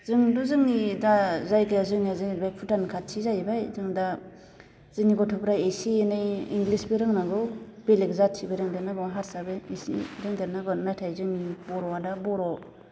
जोंथ' जोंनि दा जायगायाव जोंना जाहैबाय भुटान खाथि जाहैबाय जों दा जोंनि गथ'फोरा एसे एनै इंग्लिसबो रोंनांगौ बेलेग जाथिबो रोंदेरनांगौ हारसाबो एस रोंदेरनांगौ नाथाय जोंनि बर'आ दा बर'